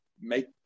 make